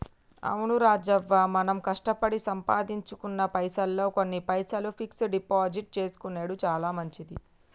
అవును రాజవ్వ మనం కష్టపడి సంపాదించుకున్న పైసల్లో కొన్ని పైసలు ఫిక్స్ డిపాజిట్ చేసుకొనెడు చాలా మంచిది